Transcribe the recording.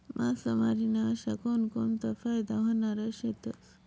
मासामारी ना अशा कोनकोनता फायदा व्हनारा शेतस?